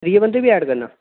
त्रीए बंदे गी बी ऐड करना